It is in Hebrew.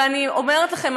ואני אומרת לכם,